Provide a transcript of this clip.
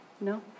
No